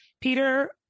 Peter